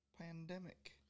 pandemic